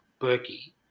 Berkey